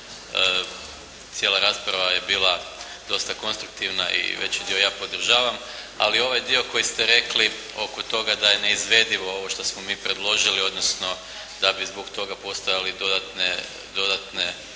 Cijela rasprava je bila dosta konstruktivna i veći dio ja podržavam ali ovaj dio koji ste rekli oko toga da je neizvedivo ovo što smo mi predložili odnosno da bi zbog toga postojali dodatne,